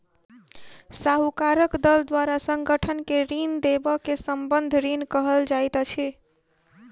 साहूकारक दल द्वारा संगठन के ऋण देबअ के संबंद्ध ऋण कहल जाइत अछि